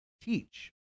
teach